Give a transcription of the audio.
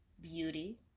beauty